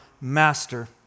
master